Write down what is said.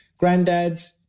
granddads